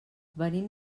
venim